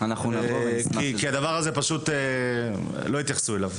כי הדבר הזה פשוט לא התייחסו אליו.